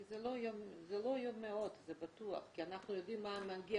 אנחנו יודעים מה מגיע